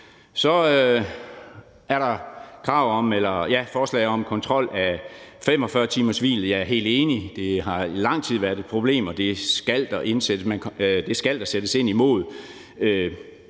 Så er der forslag om kontrol af 45-timershvil. Det er jeg helt enig i. Det har i lang tid været et problem, og det skal der sættes ind over